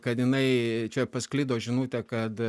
kad jinai čia pasklido žinutė kad